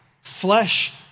flesh